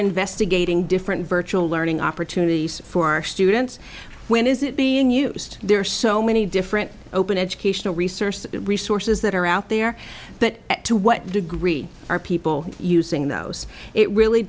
investigating different virtual learning opportunities for our students when is it being used there are so many different open educational resource resources that are out there but to what degree are people using those it really